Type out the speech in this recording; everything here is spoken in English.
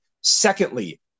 Secondly